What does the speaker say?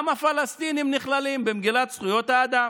גם הפלסטינים נכללים במגילת זכויות האדם.